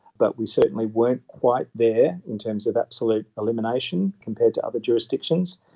but we certainly weren't quite there in terms of absolute elimination compared to other jurisdictions.